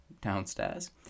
downstairs